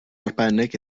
arbennig